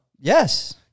Yes